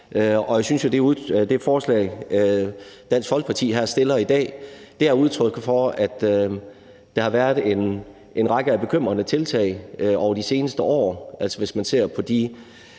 det forslag, Dansk Folkeparti har fremsat, er udtryk for, at der har været en række bekymrende tiltag over de seneste år.